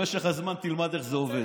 במשך הזמן תלמד איך זה עובד.